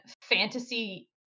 fantasy